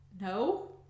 No